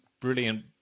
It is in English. brilliant